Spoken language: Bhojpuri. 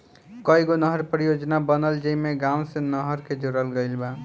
कईगो नहर परियोजना बनल जेइमे गाँव से नहर के जोड़ल गईल बा